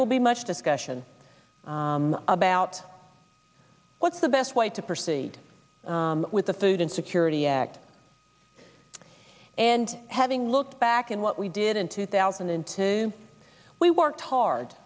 will be much discussion about what's the best way to proceed with the food and security act and having looked back and what we did in two thousand and two we worked hard